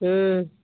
हँ